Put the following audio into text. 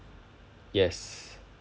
yes